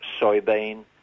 soybean